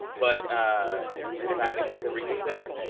but ah he decided to reconsider.